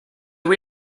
voy